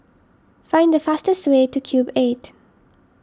find the fastest way to Cube eight